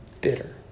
bitter